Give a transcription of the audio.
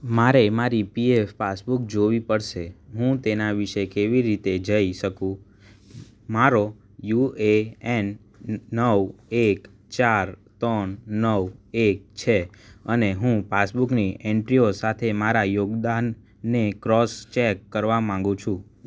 મારે મારી P F passbook જોવી પડશે હું તેના વિશે કેવી રીતે જઈ શકું મારો યુ એ એન નવ એક ચાર ત્રણ નવ એક છે અને હું પાસબુકની એન્ટ્રીઓ સાથે મારા યોગદાનને ક્રોસ ચેક કરવા માંગુ છું